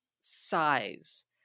size